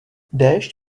déšť